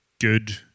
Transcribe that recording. good